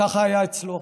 וככה היה אצלו.